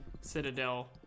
citadel